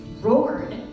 roared